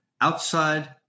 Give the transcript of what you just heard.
outside